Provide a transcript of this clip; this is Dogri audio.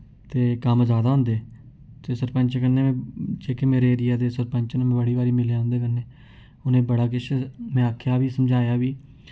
ते कम्म जैदा होंदे ते सरपंच कन्नै जेह्के मेरे एरिया दे सरपंच न में बड़ी बारी मिल्लेआ उं'दे कन्नै उ'नें बड़ा किश में आखेआ बी समझाया बी